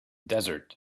desert